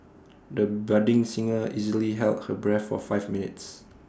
the budding singer easily held her breath for five minutes